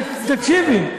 תקשיבי.